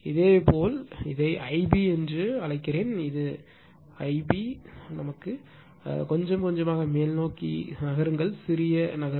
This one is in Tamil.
இதேபோல் இதை Ib என்று அழைக்கிறேன் இது Ib ஆமாம் கொஞ்சம் கொஞ்சமாக மேல்நோக்கி நகருங்கள் சிறிய நகர்வு